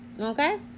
okay